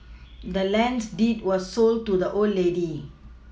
the land's deed was sold to the old lady